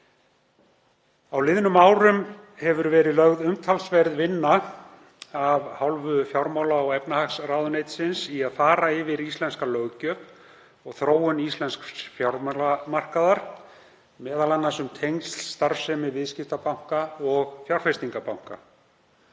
Á liðnum árum hefur verið lögð umtalsverð vinna af hálfu fjármála- og efnahagsráðuneytisins í að fara yfir íslenska löggjöf og þróun íslensks fjármálamarkaðar, m.a. um tengsl starfsemi viðskiptabanka og fjárfestingarbanka.